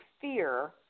fear